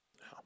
No